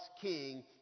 king